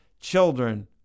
Children